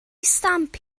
stamp